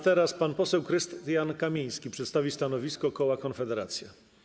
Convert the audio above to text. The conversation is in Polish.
Teraz pan poseł Krystian Kamiński przedstawi stanowisko koła Konfederacja.